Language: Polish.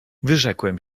wyrzekłem